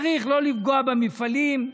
צריך לא לפגוע במפעלים,